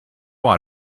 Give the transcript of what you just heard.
ought